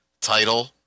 title